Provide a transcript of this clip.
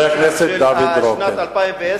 חבר הכנסת דוד רותם,